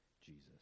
Jesus